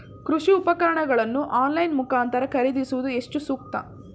ಕೃಷಿ ಉಪಕರಣಗಳನ್ನು ಆನ್ಲೈನ್ ಮುಖಾಂತರ ಖರೀದಿಸುವುದು ಎಷ್ಟು ಸೂಕ್ತ?